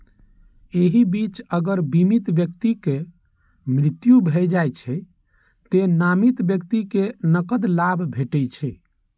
एहि बीच अगर बीमित व्यक्तिक मृत्यु भए जाइ छै, तें नामित व्यक्ति कें नकद लाभ भेटै छै